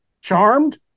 Charmed